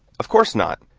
of course not.